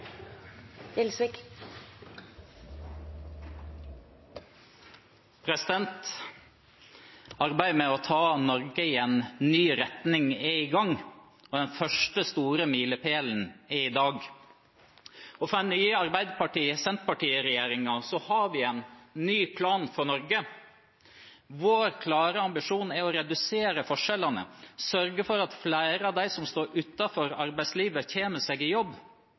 Arbeidet med å ta Norge i en ny retning er i gang. Den første store milepælen er i dag, og den nye Arbeiderparti–Senterparti-regjeringen har en ny plan for Norge. Vår klare ambisjon er å redusere forskjellene og sørge for at flere av dem som står utenfor arbeidslivet, kommer seg i jobb.